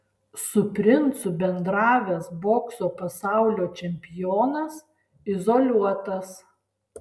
su princu bendravęs bokso pasaulio čempionas izoliuotas